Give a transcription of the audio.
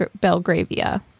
Belgravia